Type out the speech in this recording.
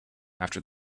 after